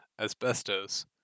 Asbestos